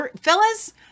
fellas